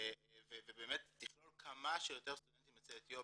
ובאמת תכלול כמה שיותר סטודנטים יוצאי אתיופיה.